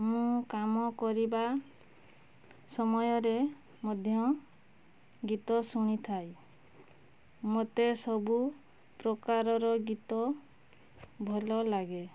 ମୁଁ କାମ କରିବା ସମୟରେ ମଧ୍ୟ ଗୀତ ଶୁଣିଥାଏ ମୋତେ ସବୁ ପ୍ରକାରର ଗୀତ ଭଲ ଲାଗେ